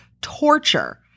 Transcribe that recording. torture